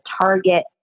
target